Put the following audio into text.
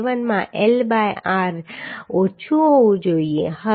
7 માં L by r ઓછું હોવું જોઈએ